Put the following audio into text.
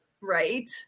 Right